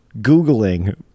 googling